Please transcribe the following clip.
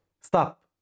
Stop